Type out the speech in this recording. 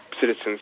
citizens